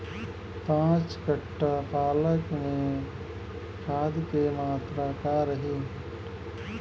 पाँच कट्ठा पालक में खाद के मात्रा का रही?